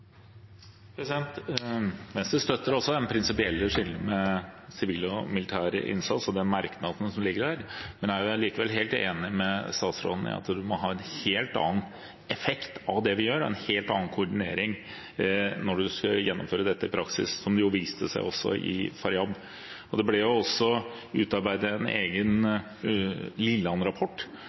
Venstre støtter også det prinsipielle skillet mellom den sivile og den militære innsatsen og den merknaden som ligger i innstillingen. Jeg er allikevel helt enig med statsråden i at man må ha en helt annen effekt av det vi gjør, en helt annen koordinering når man skal gjennomføre dette i praksis, som det viste seg i Faryab. I den rapporten som ble utarbeidet av Lilland, var det mange forslag om hvordan man kunne få en